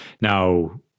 Now